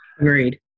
Agreed